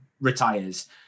retires